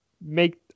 make